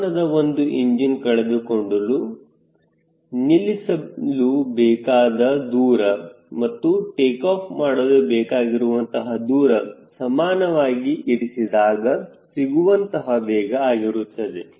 ವಿಮಾನದ ಒಂದು ಇಂಜಿನ್ ಕಳೆದುಕೊಂಡು ನಿಲ್ಲಿಸಲು ಬೇಕಾದ ದೂರ ಮತ್ತು ಟೇಕಾಫ್ ಮಾಡಲು ಬೇಕಾಗಿರುವಂತಹ ದೂರ ಸಮಾನವಾಗಿ ಇರಿಸಿದಾಗ ಸಿಗುವಂತಹ ವೇಗ ಆಗಿರುತ್ತದೆ